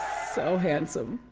so handsome.